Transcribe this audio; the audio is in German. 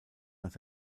nach